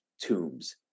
tombs